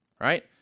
right